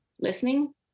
listening